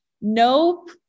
Nope